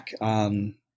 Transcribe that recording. on